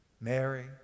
Mary